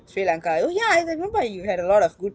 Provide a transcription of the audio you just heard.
sri lanka oh ya I remember you had a lot of good